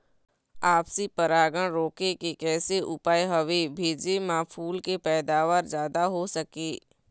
आपसी परागण रोके के कैसे उपाय हवे भेजे मा फूल के पैदावार जादा हों सके?